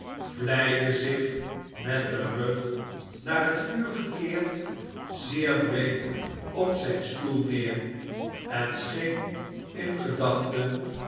vlijde zich met den rug naar het vuur gekeerd zeer breed op zijn stoel neer en scheen in gedachten